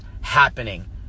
happening